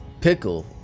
Pickle